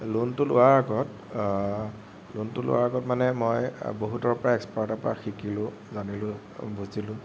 লোণটো লোৱাৰ আগত লোণটো লোৱাৰ আগত মানে মই বহুতৰ পৰা এক্সপাৰ্টৰ পৰা শিকিলোঁ জানিলোঁ বুজিলোঁ